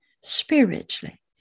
spiritually